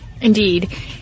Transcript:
indeed